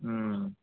ꯎꯝ